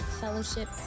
Fellowship